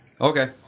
Okay